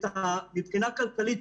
מבחינה כלכלית,